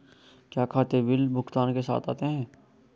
क्या खाते बिल भुगतान के साथ आते हैं?